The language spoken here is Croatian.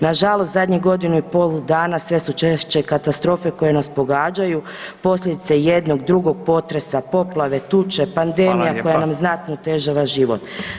Nažalost zadnjih godinu i pol dana sve su češće katastrofe koje nas pogađaju posljedice jednog, drugog potresa, poplave, tuče, pandemija [[Upadica Radin: Hvala vam lijepa.]] koja nam znatno otežava život.